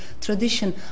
tradition